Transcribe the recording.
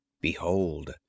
Behold